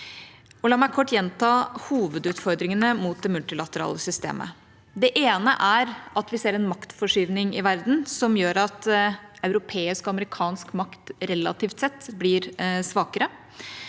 La meg kort gjenta hovedutfordringene mot det multilaterale systemet. Det ene er at vi ser en maktforskyvning i verden som gjør at europeisk og amerikansk makt relativt sett blir svakere.